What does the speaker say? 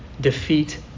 defeat